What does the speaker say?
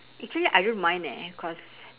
actually I don't mind eh cause